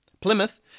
Plymouth